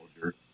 soldier